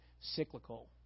cyclical